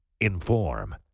Inform